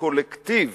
קולקטיב